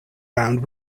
round